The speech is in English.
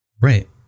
Right